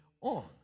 on